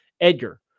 Edgar